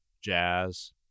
jazz